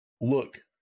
Look